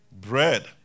bread